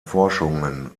forschungen